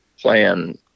plan